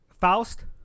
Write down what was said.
Faust